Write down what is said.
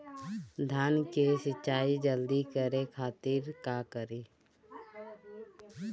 धान के सिंचाई जल्दी करे खातिर का करी?